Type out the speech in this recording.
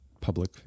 public